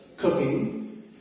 cooking